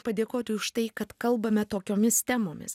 padėkoti už tai kad kalbame tokiomis temomis